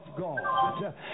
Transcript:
God